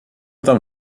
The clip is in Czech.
tam